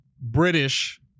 British